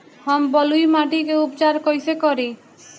हम बलुइ माटी के उपचार कईसे करि?